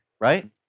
right